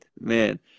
man